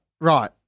Right